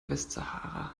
westsahara